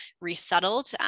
resettled